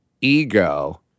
ego